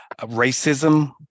racism